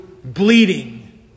bleeding